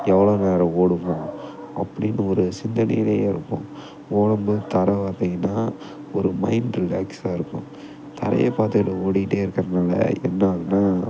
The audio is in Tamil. எவ்வளோ நேரம் ஓடணும் அப்படின்னு ஒரு சிந்தனையிலே இருப்போம் ஓடும்போது தரை பார்த்திங்கன்னா ஒரு மைண்ட் ரிலாக்ஸாக இருக்கும் தரையை பார்த்துக்கிட்டு ஓடிக்கிட்டே இருக்கிறனால என்ன ஆகும்னா